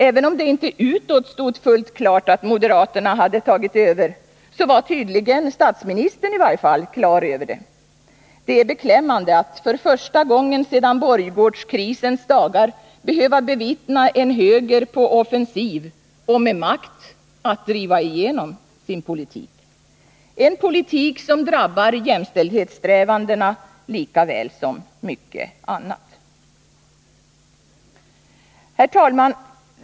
Även om det inte utåt stod fullt klart att moderaterna hade tagit över, var tydligen statsministern på det klara med det. Det är beklämmande att för första gången sedan borggårdskrisens dagar behöva bevittna en höger på offensiv och med makt att driva igenom sin politik, en politik som drabbar jämställdhetssträvandena lika väl som mycket annat. Herr talman!